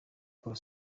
paul